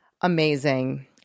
amazing